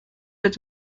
mit